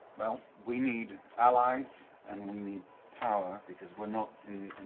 well, we need allies and we need power because we're not in